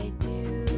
do